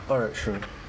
alright sure